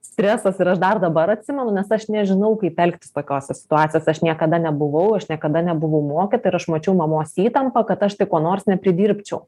stresas ir aš dar dabar atsimenu nes aš nežinau kaip elgtis tokiose situacijose aš niekada nebuvau aš niekada nebuvau mokyta ir aš mačiau mamos įtampą kad aš ko nors nepridirbčiau